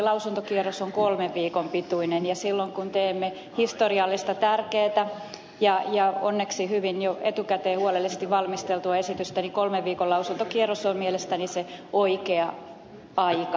lausuntokierros on kolmen viikon pituinen ja silloin kun teemme historiallista tärkeätä ja onneksi hyvin jo etukäteen huolellisesti valmisteltua esitystä kolmen viikon lausuntokierros on mielestäni se oikea aika